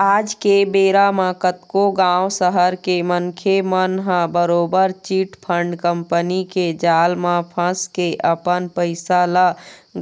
आज के बेरा म कतको गाँव, सहर के मनखे मन ह बरोबर चिटफंड कंपनी के जाल म फंस के अपन पइसा ल